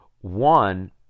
one